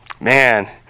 Man